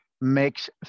makes